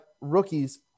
rookies